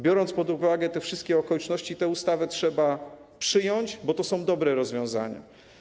Biorąc pod uwagę te wszystkie okoliczności, tę ustawę trzeba przyjąć, bo to są dobre rozwiązania.